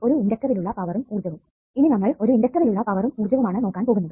ഒരു ഇണ്ടക്ടറിലുള്ള പവറും ഊർജ്ജവും ഇനി നമ്മൾ ഒരു ഇണ്ടക്ടറിലുള്ള പവറും ഊർജ്ജവും ആണ് നോക്കാൻ പോകുന്നത്